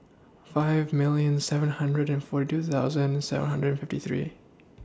five million seven hundred and forty two thousand seven hundred and fifty three